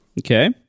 Okay